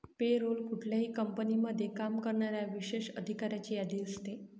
पे role कुठल्याही कंपनीमध्ये काम करणाऱ्या विशेष अधिकाऱ्यांची यादी असते